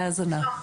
בבקשה.